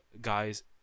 guys